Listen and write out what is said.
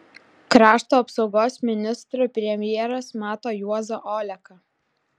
krašto apsaugos ministru premjeras mato juozą oleką